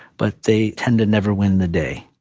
but they tend to never win the day.